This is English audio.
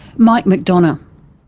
mike mcdonough.